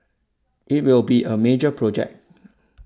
it will be a major project